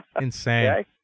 Insane